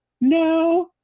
No